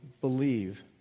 believe